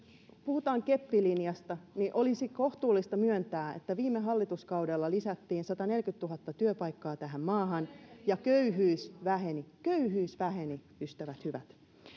puhutaan keppilinjasta olisi kohtuullista myöntää että viime hallituskaudella lisättiin sataneljäkymmentätuhatta työpaikkaa tähän maahan ja köyhyys väheni köyhyys väheni ystävät hyvät